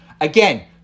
Again